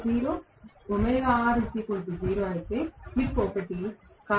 0 అయితే స్లిప్ 1